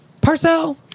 Parcel